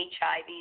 HIV